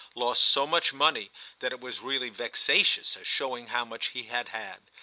lost so much money that it was really vexatious as showing how much he had had.